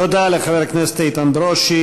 תודה לחבר הכנסת איתן ברושי.